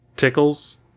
Tickles